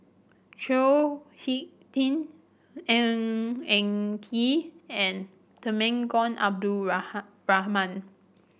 Chao HicK Tin Ng Eng Kee and Temenggong Abdul Rahman